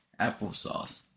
applesauce